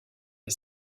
est